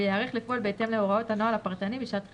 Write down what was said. וייערך לפעול בהתאם להוראות הנוהל הפרטני בשעת חירום.